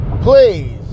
please